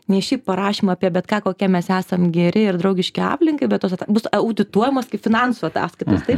nei šį parašymą apie bet ką kokie mes esam geri ir draugiški aplinkai bet tos bus audituojamos kaip finansų ataskaitos taip